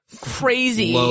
crazy